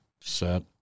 set